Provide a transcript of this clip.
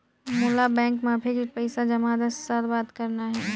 मोला बैंक मा फिक्स्ड पइसा जमा दस साल बार करना हे?